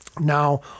Now